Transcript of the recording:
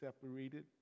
separated